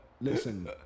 Listen